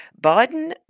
Biden